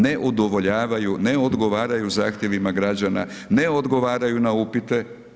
Ne udovoljavaju, ne odgovaraju zahtjevima građanima, ne odgovaraju na upite.